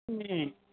ꯎꯝ